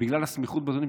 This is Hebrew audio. בגלל הסמיכות בזמנים,